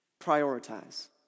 prioritize